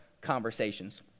conversations